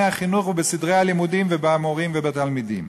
החינוך ובסדרי הלימודים של המורים והתלמידים.